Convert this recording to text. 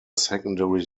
secondary